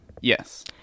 Yes